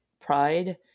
pride